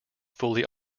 fully